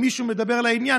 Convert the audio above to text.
אם מישהו מדבר לעניין,